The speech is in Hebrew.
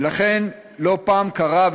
ולכן לא פעם קרה,